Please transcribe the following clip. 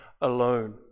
alone